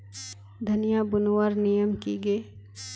धनिया बूनवार नियम की गे?